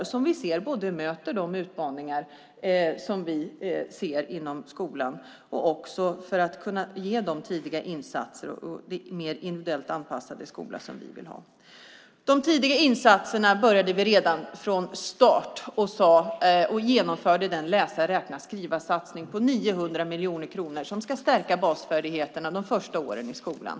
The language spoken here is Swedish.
Detta reformarbete möter de utmaningar som vi ser inom skolan för att man ska kunna ge tidiga insatser och en mer individuellt anpassad skola som vi vill ha. De tidiga insatserna började vi med redan från start och genomförde den läsa-skriva-räkna-satsning på 900 miljoner kronor som ska stärka basfärdigheterna under de första åren i skolan.